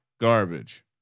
garbage